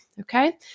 okay